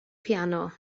piano